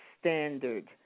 Standard